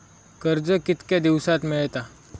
कर्ज कितक्या दिवसात मेळता?